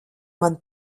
man